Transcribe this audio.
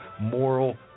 moral